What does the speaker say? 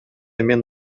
мен